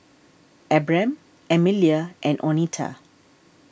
Abram Emilia and oneta